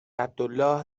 عبدالله